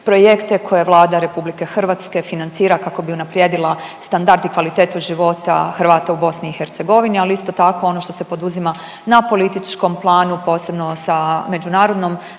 projekte koje Vlada RH financira kako bi unaprijedila standard i kvalitetu života Hrvata u BIH ali isto tako ono što se poduzima na političkom planu, posebno sa međunarodnom